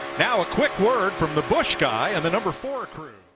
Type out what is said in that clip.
now a quick word from the bush guy, and the number four crew